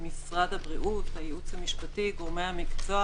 כמשרד הבריאות, הייעוץ המשפטי, גורמי המקצוע